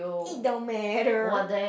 it don't matter